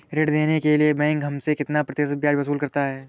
ऋण देने के लिए बैंक हमसे कितना प्रतिशत ब्याज वसूल करता है?